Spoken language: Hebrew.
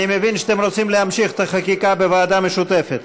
אני מבין שאתם רוצים להמשיך את החקיקה בוועדה משותפת.